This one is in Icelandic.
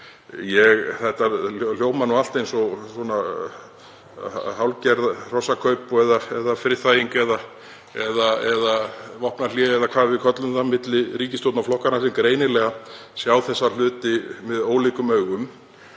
Þetta hljómar allt eins og hálfgerð hrossakaup eða friðþæging eða vopnahlé, eða hvað við köllum það, milli ríkisstjórnarflokkanna sem greinilega sjá þessa hluti með ólíkum augum.